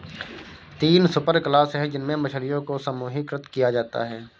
तीन सुपरक्लास है जिनमें मछलियों को समूहीकृत किया जाता है